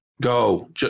Go